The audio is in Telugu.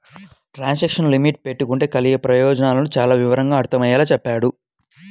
ట్రాన్సాక్షను లిమిట్ పెట్టుకుంటే కలిగే ప్రయోజనాలను చానా వివరంగా అర్థమయ్యేలా చెప్పాడు